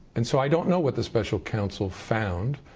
and so i don't know what the special counsel found.